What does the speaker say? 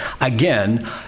again